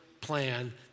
plan